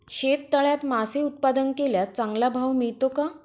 शेततळ्यात मासे उत्पादन केल्यास चांगला भाव मिळतो का?